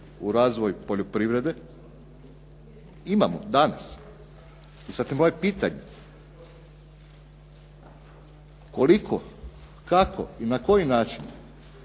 u razvoj poljoprivrede. Imamo danas. I sad je moje pitanje koliko, kako i na koji način